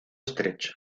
estrecho